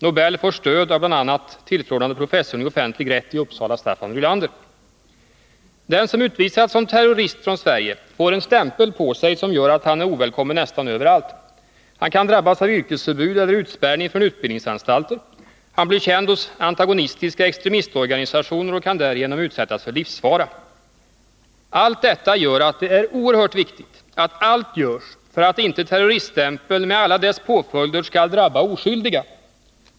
Nobel får stöd av bl.a. tf. professorn i offentlig rätt i Uppsala, Staffan Rylander. Den som utvisas som terrorist från Sverige får en stämpel på sig som gör att han är ovälkommen nästan överallt. Han kan drabbas av yrkesförbud eller utspärrning från utbildningsanstalter. Han blir känd hos antagonistiska extremistorganisationer och kan därigenom utsättas för livsfara. Allt detta gör att det är oerhört viktigt att allt görs för att inte terroriststämpeln med alla dess påföljder skall drabba oskyldiga.